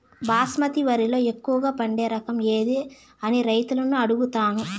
బాస్మతి వరిలో ఎక్కువగా పండే రకం ఏది అని రైతులను అడుగుతాను?